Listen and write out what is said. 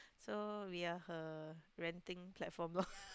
so we are her ranting platform lorh